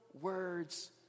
words